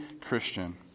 Christian